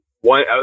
One